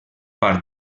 part